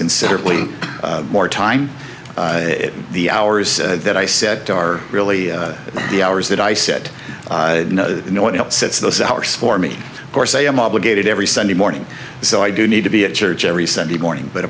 considerably more time the hours that i said are really the hours that i said no no one else sets those hours for me or say i'm obligated every sunday morning so i do need to be at church every sunday morning but